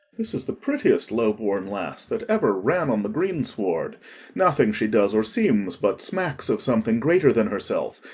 this is the prettiest low-born lass that ever ran on the green-sward nothing she does or seems but smacks of something greater than herself,